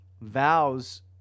vows